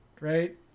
right